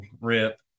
RIP